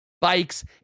bikes